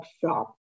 shop